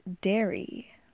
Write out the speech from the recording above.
dairy